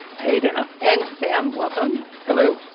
hey dana and sam welcome. hello.